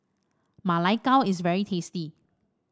Ma Lai Gao is very tasty